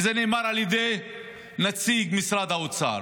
וזה נאמר על ידי נציג משרד האוצר.